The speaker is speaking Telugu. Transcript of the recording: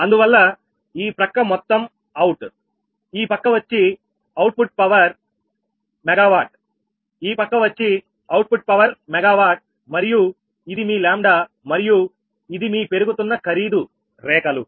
అందువల్ల ఈ ప్రక్క మొత్తం అవుట్ ఈ పక్క వచ్చి ఔట్పుట్ పవర్ MW ఈ ప్రక్క వచ్చి ఔట్పుట్ పవర్ MW మరియు ఇది మీ 𝜆 మరియు ఇది మీ పెరుగుతున్న ఖరీదు రేఖలు